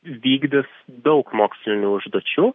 vykdys daug mokslinių užduočių